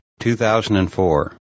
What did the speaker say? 2004